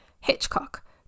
Hitchcock